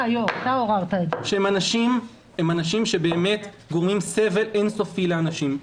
שהם אנשים שבאמת גורמים סבל אין-סופי לאנשים.